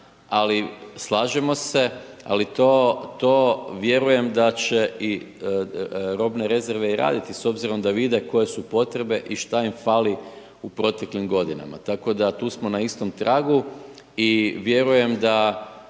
ali slažemo se, ali to vjerujem da će i robne rezerve i raditi s obzirom da vide koje su potrebe i šta im fali u proteklim godinama. Tako da tu smo na istom pragu i vjerujem da